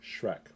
Shrek